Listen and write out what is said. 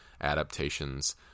adaptations